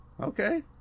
Okay